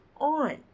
on